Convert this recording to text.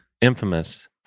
infamous